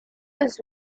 was